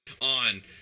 on